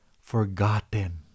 forgotten